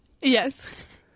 Yes